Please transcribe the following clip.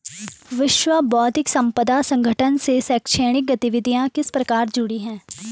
विश्व बौद्धिक संपदा संगठन से शैक्षणिक गतिविधियां किस प्रकार जुड़ी हैं?